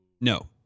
No